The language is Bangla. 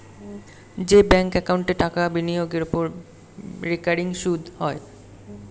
যে ব্যাঙ্ক একাউন্টে টাকা বিনিয়োগের ওপর রেকারিং সুদ হয়